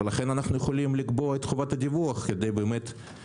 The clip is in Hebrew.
לכן אנו יכולים לקבוע את חובת הדיווח כדי לבדוק